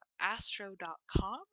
astro.com